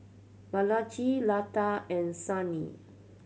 Balaji Lata and Sunil